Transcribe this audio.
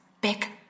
back